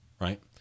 Right